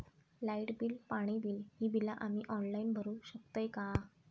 Light bill, पाणी bill, ही बिला आम्ही ऑनलाइन भरू शकतय का?